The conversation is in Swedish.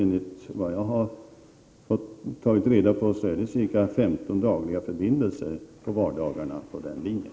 Enligt vad jag har tagit reda på finns det ca 15 dagliga förbindelser på vardagarna på den linjen.